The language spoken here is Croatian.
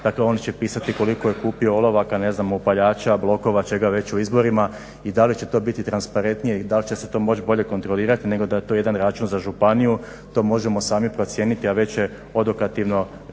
dakle oni će pisati koliko je kupio olovaka, upaljača, blokova, čega već u izborima i da li će to biti transparentnije i da li će se to moći bolje kontrolirati nego da je to jedan račun za županiju, to možemo sami procijeniti a već je odokativno jasno